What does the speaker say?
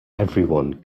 everyone